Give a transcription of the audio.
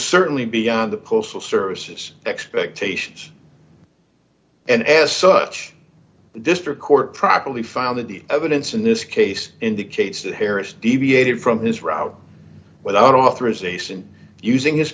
certainly beyond the postal services expectations and as such district court probably found that the evidence in this case indicates that harris deviated from his route without authorization using his